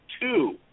two